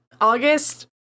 August